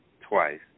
twice